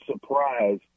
surprise